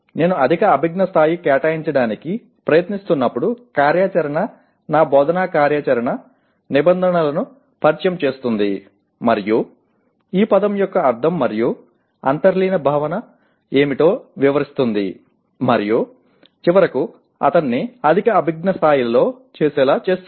నేను అధిక అభిజ్ఞా స్థాయి కేటాయించడానికి ప్రయత్నిస్తున్నప్పుడు కార్యాచరణ నా బోధనా కార్యాచరణ నిబంధనలను పరిచయం చేస్తుంది మరియు ఈ పదం యొక్క అర్థం మరియు అంతర్లీన భావన ఏమిటో వివరిస్తుంది మరియు చివరకు అతన్ని అధిక అభిజ్ఞా స్థాయిలో చేసేలా చేస్తుంది